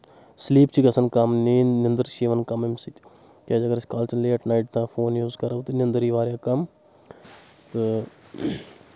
sleep چھِ گژھان کَم نیٖند نِندٕر چھِ یِوَان کَم اَمہِ سۭتۍ کیٛازِ اگر أسۍ کالچن لیٹ نایٹ تانۍ فون یوٗز کَرو تہٕ نندٕر واریاہ کَم تہٕ